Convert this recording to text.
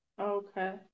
Okay